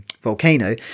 volcano